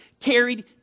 carried